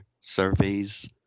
surveys